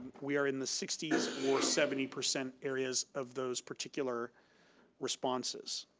we are in the sixty s or seventy percent areas of those particular responses.